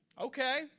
Okay